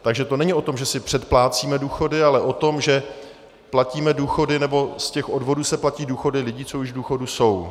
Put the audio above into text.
Takže to není o tom, že si předplácíme důchody, ale o tom, že platíme důchody, nebo z těch odvodů se platí důchody lidí, co už v důchodu jsou.